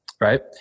right